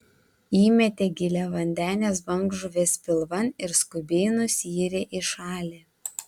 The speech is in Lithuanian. įmetė giliavandenės bangžuvės pilvan ir skubiai nusiyrė į šalį